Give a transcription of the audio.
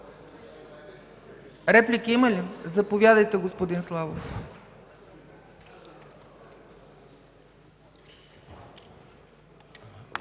Реплики? Заповядайте, господин Славов.